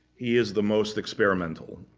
he is the most experimental